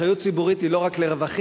אחריות ציבורית היא לא רק לרווחים,